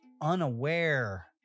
unaware